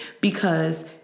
because-